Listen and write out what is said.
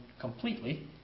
completely